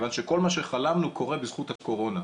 כיוון שכל מה שחלמנו קורה בזכות הקורונה,